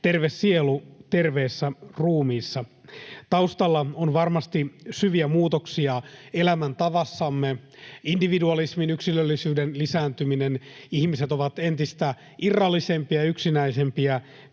terve sielu terveessä ruumiissa. Taustalla on varmasti syviä muutoksia elämäntavassamme: individualismin, yksilöllisyyden, lisääntyminen. Ihmiset ovat entistä irrallisempia ja yksinäisempiä.